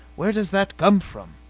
where does that come from?